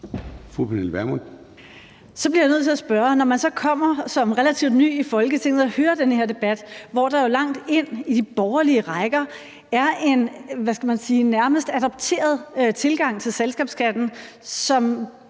Pernille Vermund (NB): Så bliver jeg nødt til at spørge, hvordan det er, når man så kommer som relativt ny i Folketinget og hører den her debat, hvor der jo langt ind i de borgerlige rækker er en, hvad skal man sige, nærmest adopteret tilgang til selskabsskatten, som